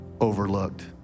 overlooked